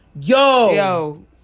yo